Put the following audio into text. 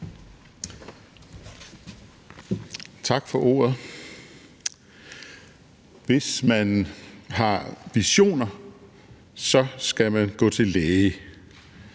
Tak for ordet. Hvis man har visioner, skal man gå til læge.